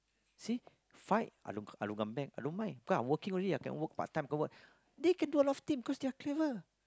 see fight I don't I don't come back I don't mind cause I working already I can't work part time ke what they can do a lot of things cause they're clever